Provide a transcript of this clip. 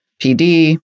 pd